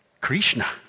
Krishna